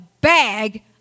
bag